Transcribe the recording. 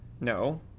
No